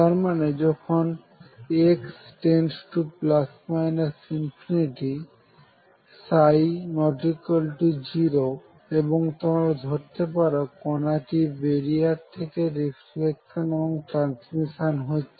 তার মানে যখন x→±∞ ψ≠0 এবং তোমরা ধরতে পারো কোনাটি বেরিয়ার থেকে রিফ্লেকশন এবং ট্রান্সমিশন হচ্ছে